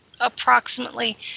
approximately